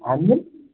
हामीले